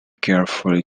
carefully